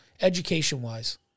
education-wise